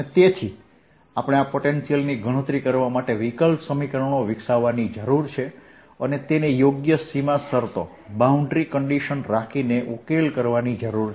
અને તેથી આપણે આ પોટેન્શિયલની ગણતરી કરવા માટે વિકલ સમીકરણો વિકસાવવાની જરૂર છે અને તેને યોગ્ય સીમા શરતો રાખીને ઉકેલ કરવાની જરૂર છે